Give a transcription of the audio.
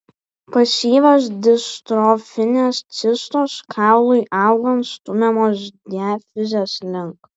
pasyvios distrofinės cistos kaului augant stumiamos diafizės link